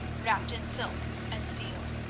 wrapped in silk, and sealed.